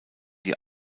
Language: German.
die